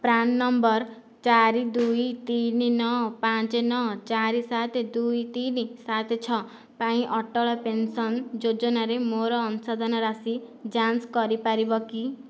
PRAN number ଚାରି ଦୁଇ ତିନି ନଅ ପାଞ୍ଚ ନଅ ଚାରି ସାତ ଦୁଇ ତିନି ସାତ ଛଅ ପାଇଁ ଅଟଳ ପେନସନ୍ ଯୋଜନାରେ ମୋ'ର ଅଂଶଦାନ ରାଶି ଯାଞ୍ଚ କରିପାରିବ କି